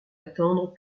attendre